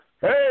Hey